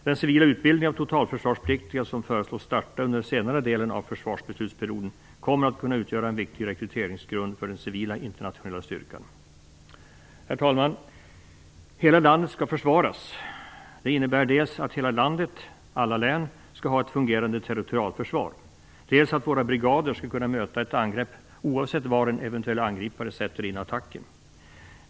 Den civila utbildningen av totalförsvarspliktiga som föreslås starta under senare delen av försvarsbeslutsperioden kommer att kunna utgöra en viktig rekryteringsgrund för den civila internationella styrkan. Herr talman! Hela landet skall försvaras. Det innebär att hela landet, alla län, skall ha ett fungerande territorialförsvar. Det innebär också att våra brigader skall kunna möta ett angrepp oavsett var den eventuella angriparen sätter in attacken.